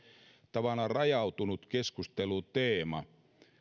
tavallaan rajautunut keskusteluteema